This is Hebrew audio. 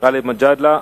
גאלב מג'אדלה.